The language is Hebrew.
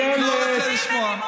אני לא רוצה לשמוע.